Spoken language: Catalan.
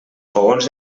fogons